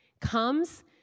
comes